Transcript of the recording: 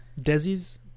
desi's